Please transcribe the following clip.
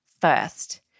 first